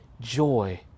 joy